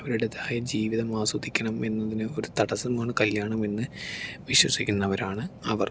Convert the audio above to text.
അവരുടേതായ ജീവിതം ആസ്വദിക്കണം എന്നതിനൊരു തടസ്സമാണ് കല്യാണം എന്ന് വിശ്വാസിക്കുന്നവരാണ് അവർ